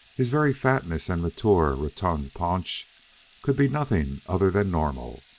his very fatness and mature, rotund paunch could be nothing other than normal.